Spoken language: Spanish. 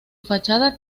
fachada